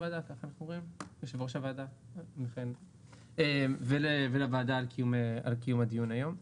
הוועדה ולוועדה על קיום הדיון היום.